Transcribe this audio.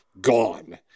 gone